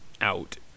out